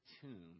tomb